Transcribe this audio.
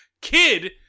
kid